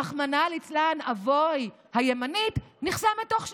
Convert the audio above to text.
רחמנא ליצלן, אבוי, הימנית, נחסמת תוך שנייה.